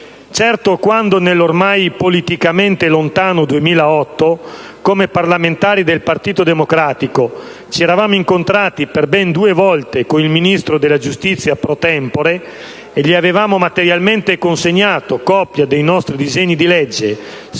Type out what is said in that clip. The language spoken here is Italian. Certo, quando, nell'ormai politicamente lontano 2008, come parlamentari del Partito Democratico, ci eravamo incontrati per ben due volte con il Ministro della giustizia *pro tempore* e gli avevamo materialmente consegnato copia dei nostri disegni di legge,